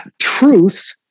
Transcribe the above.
truth